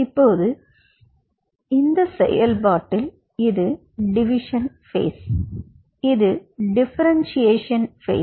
இப்போது இந்த செயல்பாட்டில் இது டிவிஷன் பேஸ் இது டிஃபரென்ஷியஸான் பேஸ்